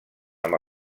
amb